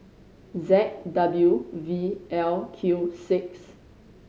Z W V L Q six